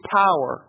power